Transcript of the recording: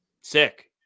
sick